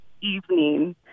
evening